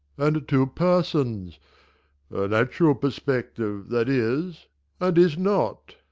and two persons, a natural perspective, that is and is not!